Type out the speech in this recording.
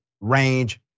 range